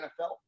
NFL